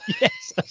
Yes